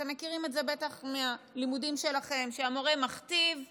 אתם מכירים את זה בטח מהלימודים שלכם: המורה מכתיב,